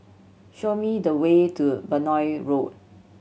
show me the way to Benoi Road